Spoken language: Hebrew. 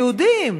היהודים,